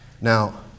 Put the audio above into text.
Now